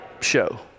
show